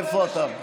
איפה אתה?